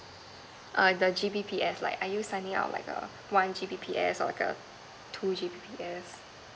err the G_B_P_S like are you signing up like err one G_B_P_S or the two G_B_P_S